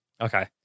Okay